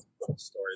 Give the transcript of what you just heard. stories